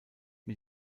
mit